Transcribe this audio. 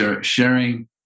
sharing